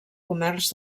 comerç